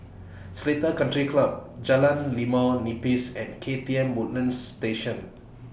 Seletar Country Club Jalan Limau Nipis and K T M Woodlands Station